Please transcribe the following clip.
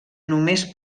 només